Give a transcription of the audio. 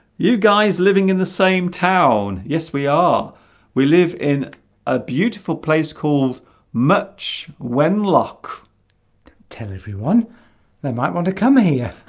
you guys living in the same town yes we are we live in a beautiful place called much wenlock don't tell everyone they might want to come here